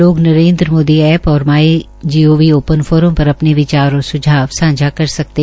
लोग नरेन्द्र मोदी ऐप और my gov open forum पर अपने विचार और सुझाव सांझा कर सकते है